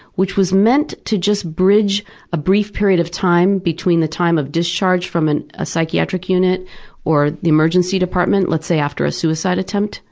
which was meant to just bridge a brief period of time between the time of discharge from a psychiatric unit or the emergency department, let's say after a suicide attempt,